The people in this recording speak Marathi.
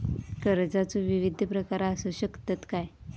कर्जाचो विविध प्रकार असु शकतत काय?